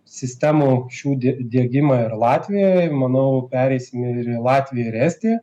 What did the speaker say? sistemų šių di diegimą ir latvijoje manau pereisim ir į latviją ir estiją